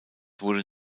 wurde